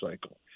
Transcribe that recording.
cycle